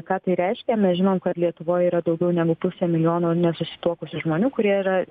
ką tai reiškia mes žinom kad lietuvoj yra daugiau negu pusė milijono nesusituokusių žmonių kurie yra